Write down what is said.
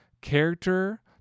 character